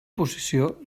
posició